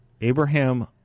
Abraham